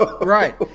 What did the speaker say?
Right